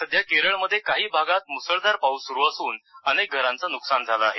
सध्या केरळमध्ये काही भागात मुसळधार पाऊस सुरू असून अनेक घरांचं नुकसान झालं आहे